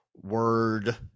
Word